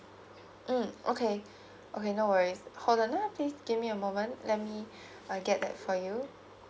um okay okay no worries hold on uh please give me a moment let me uh get that for you